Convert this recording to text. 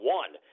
one